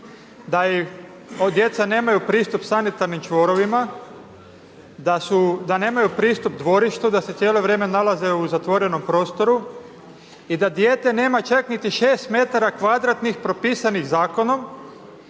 da djeca nemaju pristup sanitarnim čvorovima, da nemaju pristup dvorištu, da se cijelo vrijeme nalaze u zatvorenom prostoru i da dijete nema čak niti 6 m2 propisanih zakonom